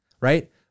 right